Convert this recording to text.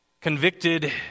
Convicted